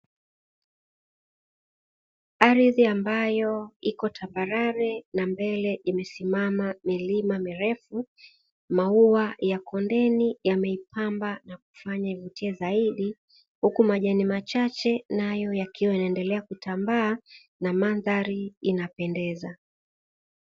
Ardhi ambayo iko tabarare na mbele imesimama milima mirefu maua ya kondeni yameipamba na kufanya ivutie zaidi, huku majani machache nayo yakiwa yanaendelea kutambaa na mandhari inapendeza.